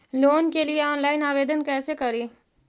Loan के लिये online आवेदन कैसे करि?